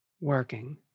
Working